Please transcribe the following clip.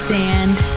sand